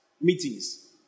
meetings